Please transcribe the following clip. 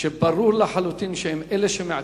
וברור לחלוטין שהם אלה שמעכבים,